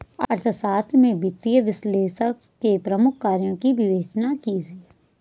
अर्थशास्त्र में वित्तीय विश्लेषक के प्रमुख कार्यों की विवेचना कीजिए